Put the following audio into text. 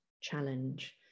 challenge